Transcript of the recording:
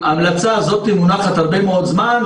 ההמלצה הזאת מונחת הרבה מאוד זמן,